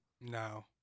No